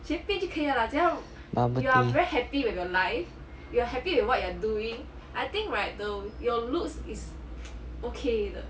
bubble tea